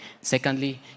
Secondly